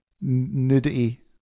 nudity